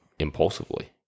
Impulsively